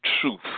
truth